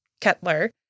Kettler